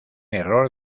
error